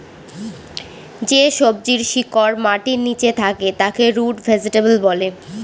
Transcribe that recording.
যে সবজির শিকড় মাটির নীচে থাকে তাকে রুট ভেজিটেবল বলে